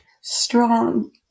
strong